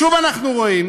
שוב אנחנו רואים,